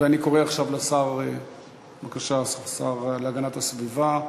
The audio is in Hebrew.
ואני קורא עכשיו לשר להגנת הסביבה,